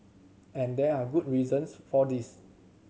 and there are good reasons for this